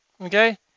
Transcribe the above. Okay